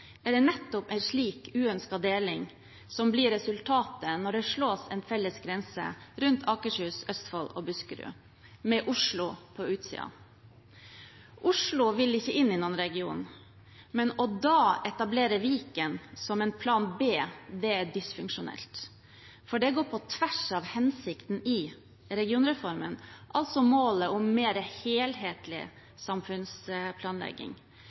er det nettopp en slik uønsket deling som blir resultatet når det slås en felles grense rundt Akershus, Østfold og Buskerud – med Oslo på utsiden. Oslo vil ikke inn i noen region. Men da å etablere Viken som en plan B er dysfunksjonelt, for det går på tvers av hensikten med regionreformen, altså målet om mer helhetlig samfunnsplanlegging,